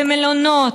במלונות,